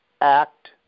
Act